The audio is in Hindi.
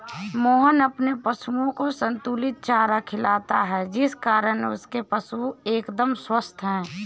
मोहन अपने पशुओं को संतुलित चारा खिलाता है जिस कारण उसके पशु एकदम स्वस्थ हैं